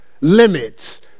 limits